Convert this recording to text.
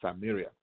Samaria